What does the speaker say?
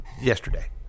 yesterday